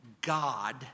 God